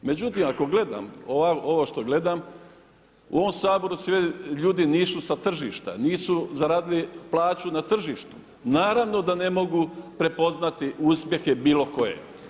Međutim, ako gledam ovo što gledam u ovom Saboru ljudi nisu sa tržišta, nisu zaradili plaću na tržištu, naravno da ne mogu prepoznati uspjehe bilo koje.